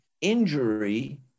injury